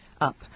up